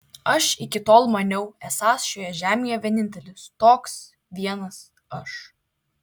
aš iki tol maniau esąs šioje žemėje vienintelis toks vienas aš